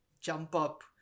jump-up